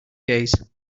days